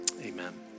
amen